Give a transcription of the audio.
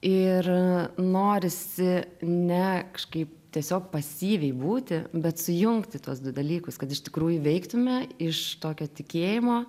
ir norisi ne kažkaip tiesiog pasyviai būti bet sujungti tuos du dalykus kad iš tikrųjų veiktume iš tokio tikėjimo